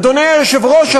אדוני היושב-ראש,